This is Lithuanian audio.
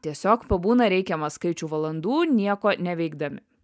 tiesiog pabūna reikiamą skaičių valandų nieko neveikdami